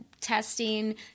testing